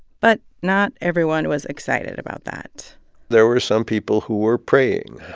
but not everyone was excited about that there were some people who were praying,